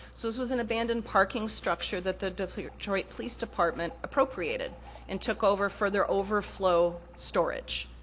so, this was an abandoned parking structure that the detroit detroit police department appropriated and took over for their overflow storage.